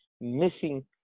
missing